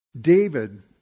David